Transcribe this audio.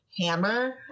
hammer